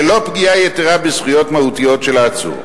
ללא פגיעה יתירה בזכויות מהותיות של העצור.